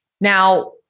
Now